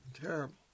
Terrible